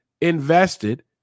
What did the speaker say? invested